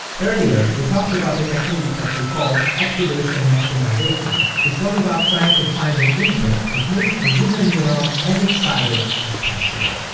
earlier, we talked about a technique that we called activation maximization, which was about trying to find an input that makes a given neuron as excited as possible.